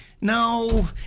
No